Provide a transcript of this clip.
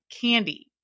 candy